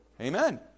Amen